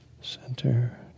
center